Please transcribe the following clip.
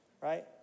right